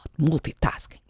multitasking